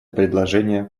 предложение